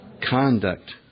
conduct